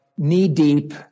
Knee-deep